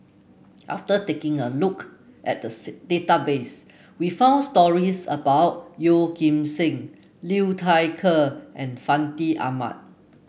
after taking a look at database we found stories about Yeoh Ghim Seng Liu Thai Ker and Fandi Ahmad